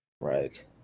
Right